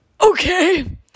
okay